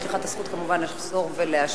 יש לך כמובן זכות לחזור ולהשיב,